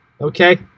Okay